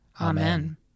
Amen